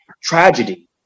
tragedy